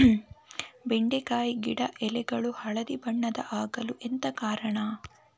ಬೆಂಡೆಕಾಯಿ ಗಿಡ ಎಲೆಗಳು ಹಳದಿ ಬಣ್ಣದ ಆಗಲು ಎಂತ ಕಾರಣ?